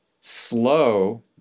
slow